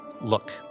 Look